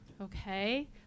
okay